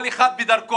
כל אחד בדרכו.